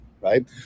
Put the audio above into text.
right